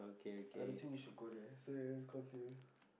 I don't think you should go there so yes continue